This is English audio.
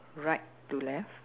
right to left